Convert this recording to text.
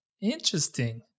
Interesting